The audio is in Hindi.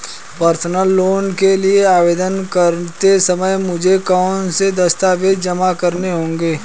पर्सनल लोन के लिए आवेदन करते समय मुझे कौन से दस्तावेज़ जमा करने होंगे?